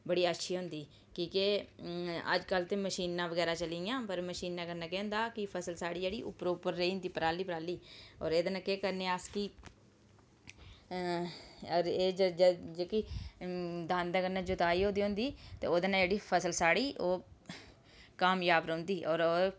बड़ी अच्छी होंदी की के अज्जकल ते मशीनां बगैरा चली दियां ते मशीनै कन्नै केह् होंदा कि उसल साढ़ी उप्परा रेही जंदी पराली पराली होर एह्दे कन्नै अस केह् करने कि एह् जेह्की दांदे कन्नै जुताई होई दी होंदी ते ओह्दे कन्नै फसल साढ़ी ओह् कामजाब रौंहदी होर